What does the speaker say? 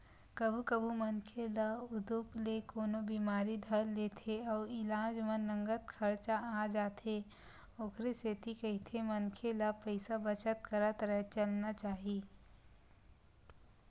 कभू कभू मनखे ल उदुप ले कोनो बिमारी धर लेथे अउ इलाज म नँगत खरचा आ जाथे ओखरे सेती कहिथे मनखे ल पइसा बचत करत चलना चाही